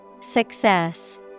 Success